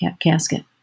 casket